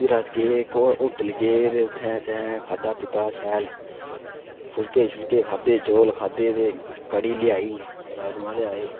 फिर अस गे इक होटल गे ते उत्थै असें खाद्धा पीता शैल फुलके शुलके खाद्धा चौल खाद्धे ते कढ़ी लेआई राजमां लेआए